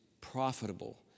profitable